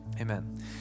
Amen